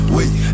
Wait